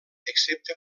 excepte